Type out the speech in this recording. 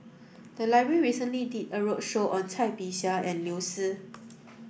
the library recently did a roadshow on Cai Bixia and Liu Si